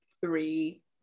three